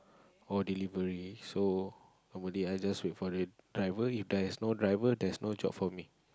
or delivery so normally I just wait for a driver if there's no driver there's no job for me